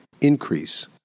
increase